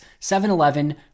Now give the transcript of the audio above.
7-Eleven